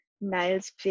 Niles